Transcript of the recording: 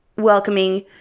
welcoming